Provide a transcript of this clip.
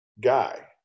guy